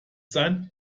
sein